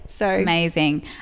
Amazing